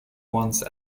once